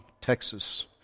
Texas